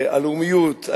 הלאומיות,